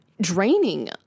draining